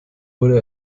wurde